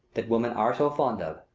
that women are so fond of,